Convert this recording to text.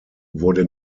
wurde